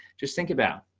just think about,